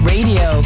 Radio